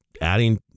adding